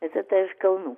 zita iš kauno